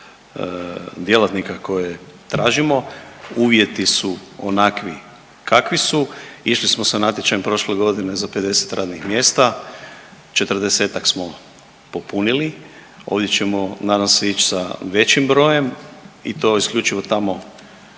djelatnika koje tražimo. Uvjeti su onakvi kakvi su, išli smo sa natječajem prošle godine za 50 radnih mjesta, 40-tak smo popunili. Ovdje ćemo nadam se ići sa većim brojem i to isključivo tamo